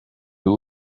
who